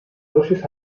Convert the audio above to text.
dosis